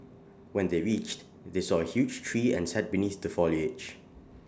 when they reached they saw A huge tree and sat beneath the foliage